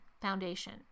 Foundation